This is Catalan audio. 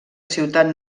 ciutat